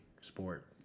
sport